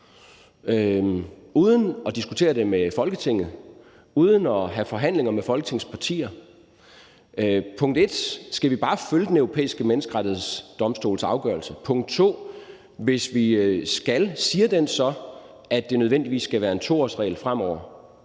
uden at diskutere det med Folketinget, uden at have forhandlinger med Folketingets partier om det? Punkt 1: Skal vi bare følge Den Europæiske Menneskerettighedsdomstols afgørelse? Punkt 2: Hvis vi skal, siger den så, at det nødvendigvis skal være en 2-årsregel fremover